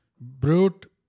Brute